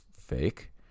fake